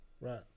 right